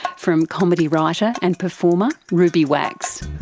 from comedy writer and performer ruby wax.